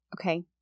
Okay